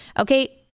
Okay